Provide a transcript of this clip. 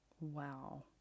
Wow